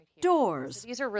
doors